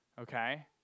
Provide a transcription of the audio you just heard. okay